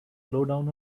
lowdown